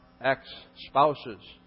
ex-spouses